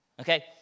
Okay